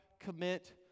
commit